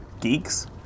geeks